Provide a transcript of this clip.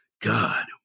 God